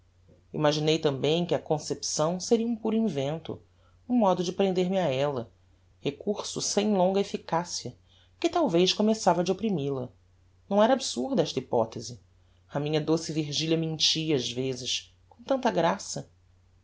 imaginei tambem que a concepção seria um puro invento um modo de prender me a ella recurso sem longa efficacia que talvez começava de opprimil a não era absurda esta hypothese a minha doce virgilia mentia ás vezes com tanta graça